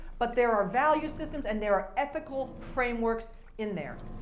but there are value systems and there are ethical frameworks in there.